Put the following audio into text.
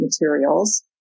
materials